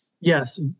Yes